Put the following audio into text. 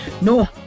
no